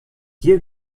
hier